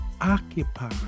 occupy